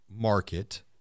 market